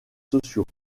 sociaux